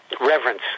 reverence